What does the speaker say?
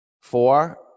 Four